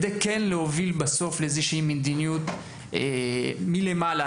כל זאת כדי להוביל למדיניות מלמעלה.